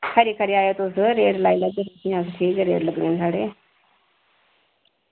खरी खरी आयो तुस रेट लाई लैगे ठीक गै रेट लग्गने साढ़े